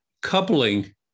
coupling